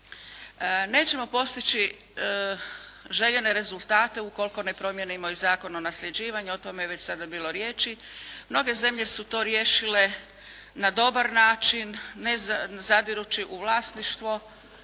Nećemo postići željene rezultate ukoliko ne promijenimo i Zakon o nasljeđivanju, o tome je već sada bilo riječi. Mnoge zemlje su to riješile na dobar način, ne zadirući u vlasništvo